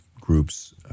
groups